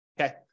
okay